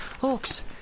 Hawks